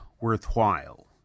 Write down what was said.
worthwhile